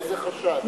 באיזה חשד?